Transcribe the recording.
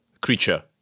creature